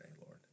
lord